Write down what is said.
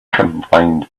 combined